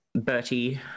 Bertie